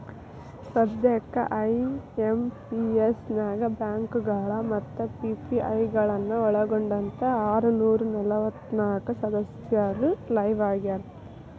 ಸದ್ಯಕ್ಕ ಐ.ಎಂ.ಪಿ.ಎಸ್ ನ್ಯಾಗ ಬ್ಯಾಂಕಗಳು ಮತ್ತ ಪಿ.ಪಿ.ಐ ಗಳನ್ನ ಒಳ್ಗೊಂಡಂತೆ ಆರನೂರ ನಲವತ್ನಾಕ ಸದಸ್ಯರು ಲೈವ್ ಆಗ್ಯಾರ